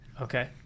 Okay